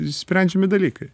išsprendžiami dalykai